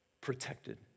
Protected